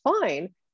fine